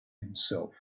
himself